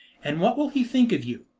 and what will he think of you?